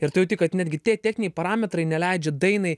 ir tu jauti kad netgi tie techniniai parametrai neleidžia dainai